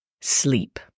Sleep